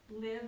live